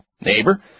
neighbor